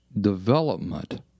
development